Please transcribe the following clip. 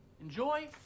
Enjoy